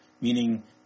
meaning